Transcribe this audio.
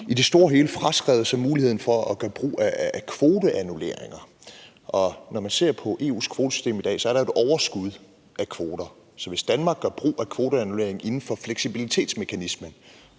i det store hele har fraskrevet sig muligheden for at gøre brug af kvoteannulleringer. Når man ser på EU's kvotesystem i dag, er der jo et overskud af kvoter, og hvis Danmark gør brug af kvoteannulleringer inden for fleksibilitetsmekanismen